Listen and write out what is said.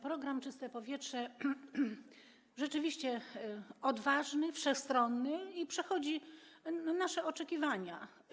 Program „Czyste powietrze” to rzeczywiście program odważny, wszechstronny i przechodzi nasze oczekiwania.